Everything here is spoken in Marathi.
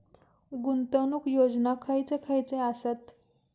गुंतवणूक योजना खयचे खयचे आसत?